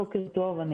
בוקר טוב.